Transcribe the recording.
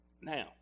now